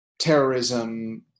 terrorism